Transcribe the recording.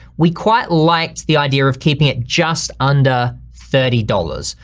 we quite liked the idea of keeping it just under thirty dollars.